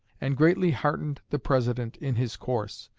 and greatly heartened the president in his course.